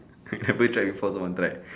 never try before so want try